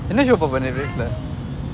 என்ன:enna show பாப்பா:paappa netflix lah